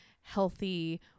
healthy